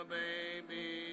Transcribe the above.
baby